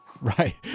Right